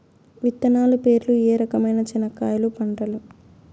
విత్తనాలు పేర్లు ఏ రకమైన చెనక్కాయలు పంటలు?